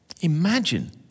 Imagine